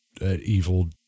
evil